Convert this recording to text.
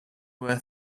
were